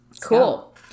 Cool